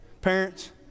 parents